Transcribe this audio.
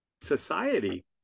Society